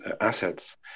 assets